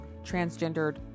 transgendered